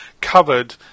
covered